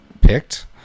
picked